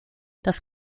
das